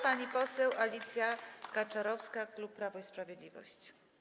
Pani poseł Alicja Kaczorowska, klub Prawo i Sprawiedliwość.